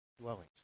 dwellings